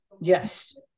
Yes